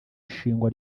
ishingwa